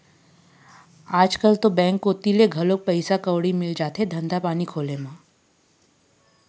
आजकल तो बेंक कोती ले घलोक पइसा कउड़ी मिल जाथे धंधा पानी खोले म